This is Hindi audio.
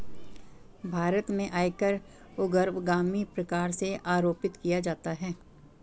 भारत में आयकर ऊर्ध्वगामी प्रकार से आरोपित किया जाता है